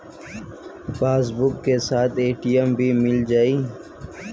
Passbook के साथ ATM भी मील जाई?